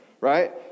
right